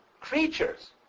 creatures